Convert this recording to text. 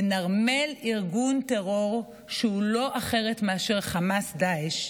לנרמל ארגון טרור שהוא לא אחרת מאשר חמאס-דאעש,